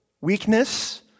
weakness